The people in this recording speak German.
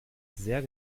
sehr